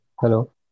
Hello